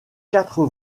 quatre